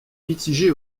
mitigé